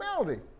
melody